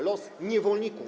Los niewolników.